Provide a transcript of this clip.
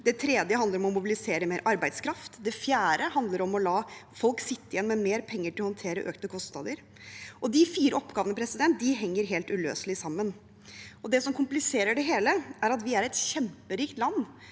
Det tredje handler om å mobilisere mer arbeidskraft. Det fjerde handler om å la folk sitte igjen med mer penger til å håndtere økte kostnader. Disse fire oppgavene henger helt uløselig sammen. Det som kompliserer det hele, er at vi er et kjemperikt land